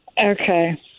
Okay